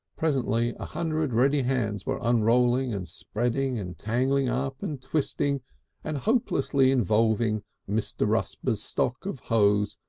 presently a hundred ready hands were unrolling and spreading and tangling up and twisting and hopelessly involving mr. rusper's stock of hose,